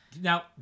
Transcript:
now